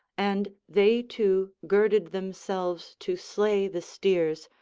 and they two girded themselves to slay the steers,